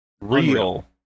Real